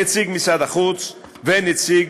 נציג משרד החוץ ונציג